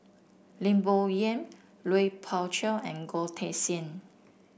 Lim Bo Yam Lui Pao Chuen and Goh Teck Sian